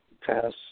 pass